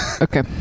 okay